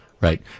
right